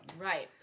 Right